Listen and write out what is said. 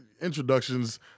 Introductions